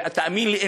ותאמין לי,